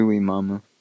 Mama